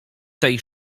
tej